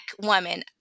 woman